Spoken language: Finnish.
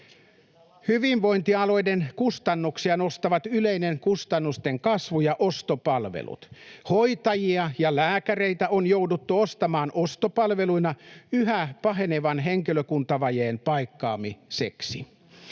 Hyvinvointialueiden kustannuksia nostavat yleinen kustannusten kasvu ja ostopalvelut. Hoitajia ja lääkäreitä on jouduttu ostamaan ostopalveluina yhä pahenevan henkilökuntavajeen paikkaamiseksi.